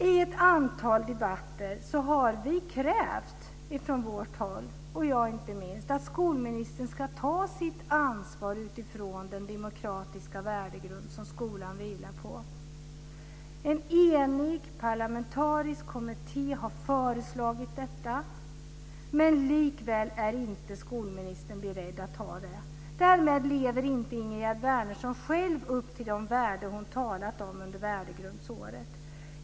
I ett antal debatter har vi från vårt håll, jag inte minst, krävt att skolministern ska ta sitt ansvar utifrån den demokratiska värdegrund som skolan vilar på. En enig parlamentarisk kommitté har föreslagit detta, men likväl är inte skolministern beredd att ta det. Därmed lever Ingegerd Wärnersson själv inte upp till de värden som hon talar om under värdegrundsåret.